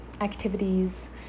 activities